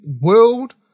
world